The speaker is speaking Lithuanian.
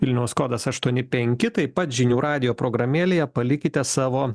vilniaus kodas aštuoni penki taip pat žinių radijo programėlėje palikite savo